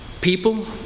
people